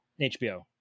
HBO